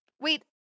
Wait